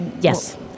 yes